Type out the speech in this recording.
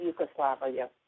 Yugoslavia